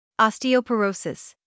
Osteoporosis